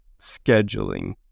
scheduling